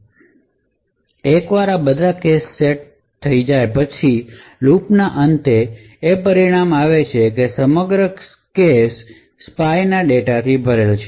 તેથી એકવાર આ બધા કેશ સેટ થઈ જાય પછી લૂપ ના અંતે એ પરિણામ આવે છે તે છે કે સમગ્ર કેશ સ્પાય ડેટાથી ભરેલો છે